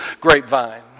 grapevine